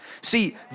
See